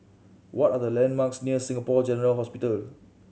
what are the landmarks near Singapore General Hospital